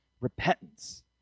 repentance